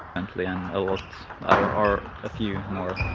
and playin a lot or a few more